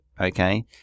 okay